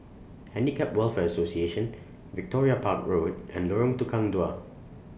Handicap Welfare Association Victoria Park Road and Lorong Tukang Dua